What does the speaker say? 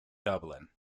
dublin